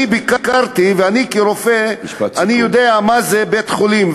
אני, כרופא, ביקרתי, אני יודע מה זה בית-חולים.